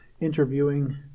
interviewing